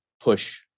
push